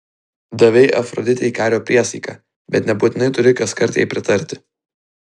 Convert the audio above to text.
davei afroditei kario priesaiką bet nebūtinai turi kaskart jai pritarti